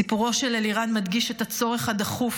סיפורו של אלירן מדגיש את הצורך הדחוף